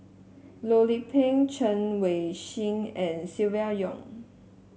Loh Lik Peng Chen Wen Hsi and Silvia Yong